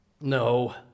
No